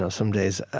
ah some days,